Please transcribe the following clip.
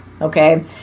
okay